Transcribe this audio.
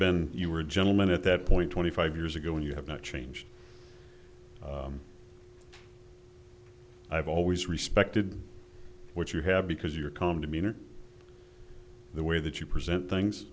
been you were a gentleman at that point twenty five years ago when you have not changed i've always respected what you have because you're calm demeanor the way that you present things